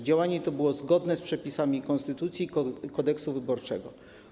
Działanie to było zgodne z przepisami konstytucji i Kodeksu wyborczego.